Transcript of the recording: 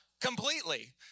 completely